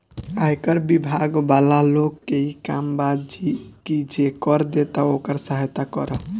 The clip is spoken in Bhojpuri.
आयकर बिभाग वाला लोग के इ काम बा की जे कर देता ओकर सहायता करऽ